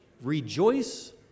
rejoice